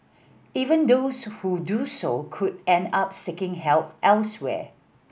even those who do so could end up seeking help elsewhere